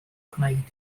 gwneud